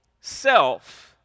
self